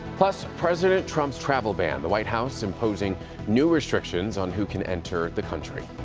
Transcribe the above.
president trump's travel ban. the white house emposing new restrictions on who can enter the country.